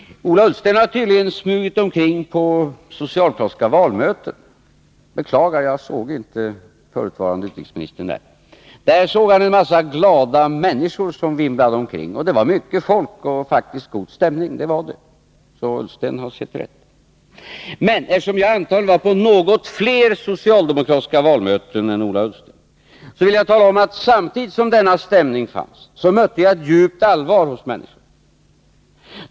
Ola Ullsten har tydligen smugit omkring på socialdemokratiska valmöten. Jag beklagar, man jag såg inte förutvarande utrikesministern där. Han såg där en massa glada människor som vimlade omkring. Det var mycket folk och faktiskt en god stämning. Det var det — Ola Ullsten har sett rätt. Men eftersom jag antar att jag var på något fler socialdemokratiska valmöten än Ola Ullsten vill jag tala om att samtidigt som denna stämning fanns, så mötte jag ett djupt allvar hos människorna.